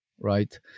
right